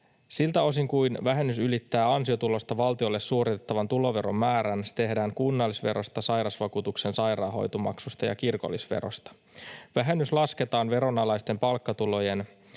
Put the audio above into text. Siltä osin kuin vähennys ylittää ansiotulosta valtiolle suoritettavan tuloveron määrän, se tehdään kunnallisverosta, sairausvakuutuksen sairaanhoitomaksusta ja kirkollisverosta. Vähennys lasketaan veronalaisten palkkatulojen,